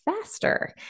faster